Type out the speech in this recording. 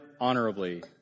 honorably